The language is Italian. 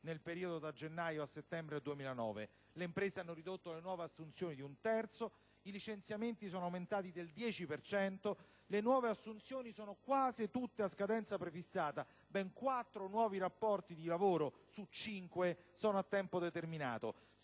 nel periodo da gennaio a settembre 2009, le imprese hanno ridotto le nuove assunzioni di un terzo, i licenziamenti sono aumentati del 10 per cento, le nuove assunzioni sono quasi tutte a scadenza prefissata (ben 4 nuovi rapporti di lavoro su 5 sono a tempo determinato),